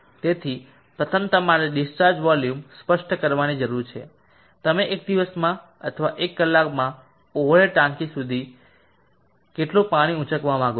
તેથી પ્રથમ તમારે ડિસ્ચાર્જ વોલ્યુમ સ્પષ્ટ કરવાની જરૂર છે તમે એક દિવસમાં અથવા એક કલાકમાં ઓવર હેડ ટેન્ક સુધી કેટલું પાણી ઉંચકવા માંગો છો